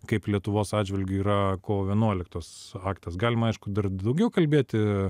kaip lietuvos atžvilgiu yra kovo vienuoliktos aktas galima aišku dar daugiau kalbėti